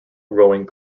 rowing